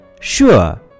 Sure